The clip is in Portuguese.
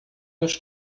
nos